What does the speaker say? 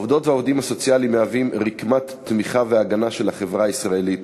העובדות והעובדים הסוציאליים מהווים רקמת תמיכה והגנה של החברה הישראלית